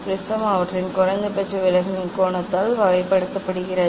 prism அவற்றின் குறைந்தபட்ச விலகலின் கோணத்தால் வகைப்படுத்தப்படுகிறது